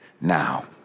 now